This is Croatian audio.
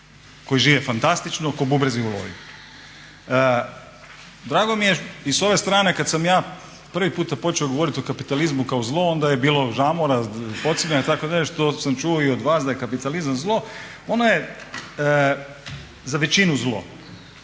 koji žive fantastično kao bubrezi u loju. Drago mi je i s ove strane kada sam ja prvi puta počeo govoriti o kapitalizmu kao zlo onda je bilo žamora, podsmjeha što sam čuo i od vas da je kapitalizam zlo, ono je za većinu zlo.